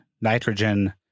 Nitrogen